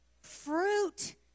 Fruit